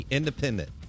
independent